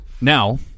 Now